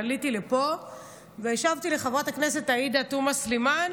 עליתי לפה והשבתי לחברת הכנסת עאידה תומא סלימאן